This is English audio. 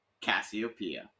Cassiopeia